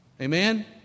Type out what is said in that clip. Amen